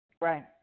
Right